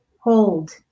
hold